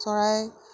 চৰাই